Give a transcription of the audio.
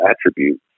attributes